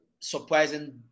surprising